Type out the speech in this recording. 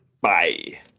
Bye